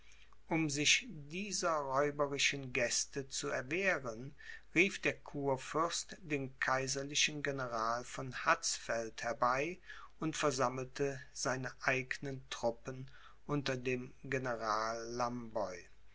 um sich dieser räuberischen gäste zu erwehren rief der kurfürst den kaiserlichen general von hatzfeld herbei und versammelte seine eignen truppen unter dem